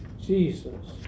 Jesus